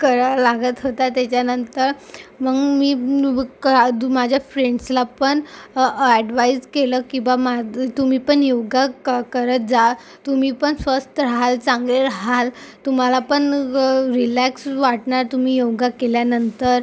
करा लागत होता त्याच्यानंतर मग मी माझ्या फ्रेंड्सला पण अॅडवाईच केलं की बा मा जर तुम्ही पण योगा का करत जा तुम्ही पण स्वस्थ राहाल चांगले राहाल तुम्हाला पण र रिलॅक्स वाटणार तुम्ही योगा केल्यानंतर